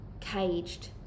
caged